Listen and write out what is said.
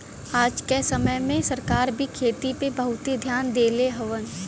आज क समय में सरकार भी खेती पे बहुते धियान देले हउवन